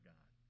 God